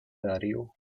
darío